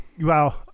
wow